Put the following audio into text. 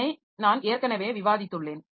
இதனை நான் ஏற்கனவே விவாதித்துள்ளேன்